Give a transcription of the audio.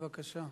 בבקשה.